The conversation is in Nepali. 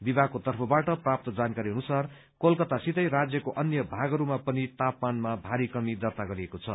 विभागको तर्फबाट प्राप्त जानकारी अनुसार कोलकतासितै राज्यको अन्य भागहरूमा पनि तापमानमा भारी कमी दर्ता गरिएको छ